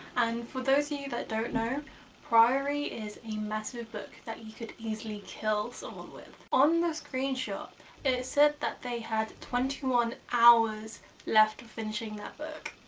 and for those of you that don't know priory is a massive book that you could easily kill someone with. on the screenshot it said that they had twenty one hours left finishing that book.